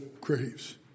craves